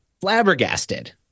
flabbergasted